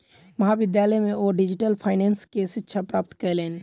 महाविद्यालय में ओ डिजिटल फाइनेंस के शिक्षा प्राप्त कयलैन